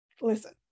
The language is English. listen